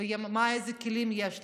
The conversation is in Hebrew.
ואיזה כלים יש לו,